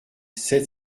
sept